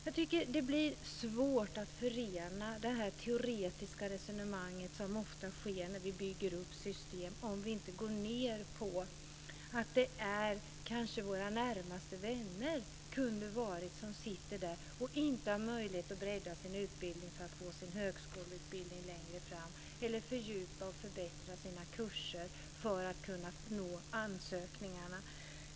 Jag tycker att de teoretiska resonemang som förs när man bygger upp system ofta stämmer illa när man försöker tillämpa dem t.ex. på sina närmaste vänner, om de skulle riskera att inte ha möjlighet att få en utbildning för att längre fram komma in på högskola eller bara för att fördjupa och förbättra sin utbildning.